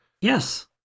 Yes